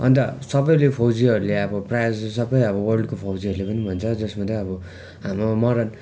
अन्त सबैले फौजीहरूले आबो प्राय जस्तो सबै अब वर्ल्डको फौजीहरूले पनि भन्छ जसमा चाहिँ अब हाम्रो मरन